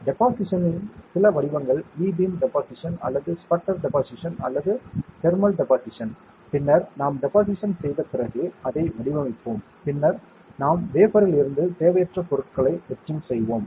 டெபொசிஷன்ன் சில வடிவங்கள் E beam deposition அல்லது ஸ்பட்டர் டெபொசிஷன் அல்லது தெர்மல் டெபொசிஷன் பின்னர் நாம் டெபொசிஷன் செய்த பிறகு அதை வடிவமைப்போம் பின்னர் நாம் வேஃபர்ரில் இருந்து தேவையற்ற பொருட்களை எட்சிங் செய்வோம்